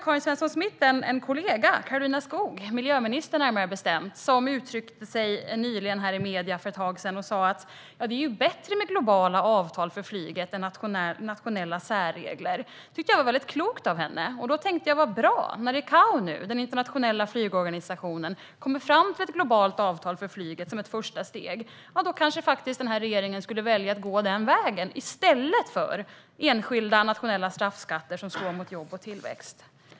Karin Svensson Smith har en kollega, Karolina Skog, miljöminister närmare bestämt, som uttryckte sig i medierna för ett tag sedan och sa att det är bättre med globala avtal för flyget än nationella särregler. Det tycker jag var väldigt klokt av henne. Då tänkte jag: Vad bra när ICAO, den internationella flygorganisationen, nu kommit fram till ett globalt avtal för flyget som ett första steg. Då kanske den här regeringen skulle välja att gå den vägen i stället för enskilda nationella straffskatter som slår mot jobb och tillväxt.